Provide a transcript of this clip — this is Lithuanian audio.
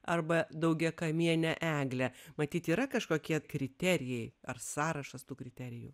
arba daugiakamienę eglę matyt yra kažkokie kriterijai ar sąrašas tų kriterijų